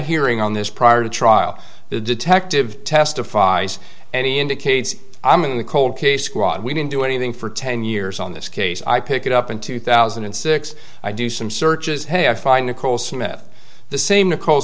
hearing on this prior to trial the detective testified and he indicates i'm in the cold case squad we didn't do anything for ten years on this case i pick it up in two thousand and six i do some searches hey i find nicole smith the same nicole